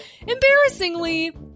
embarrassingly